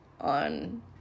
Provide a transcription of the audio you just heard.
on